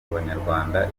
abanyarwanda